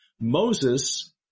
Moses